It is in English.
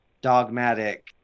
dogmatic